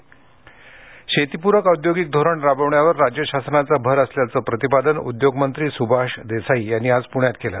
सुभाष देसाई शेतीपूरक औद्योगिक धोरण राबविण्यावर राज्य शासनाचा भर असल्याचे प्रतिपादन उद्योग मंत्री सुभाष देसाई यांनी आज पुण्यात केलं